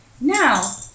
Now